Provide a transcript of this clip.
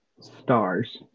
Stars